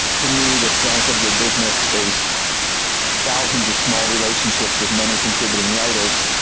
to me the strength of the business is thousands of small relationships with many contributing writers.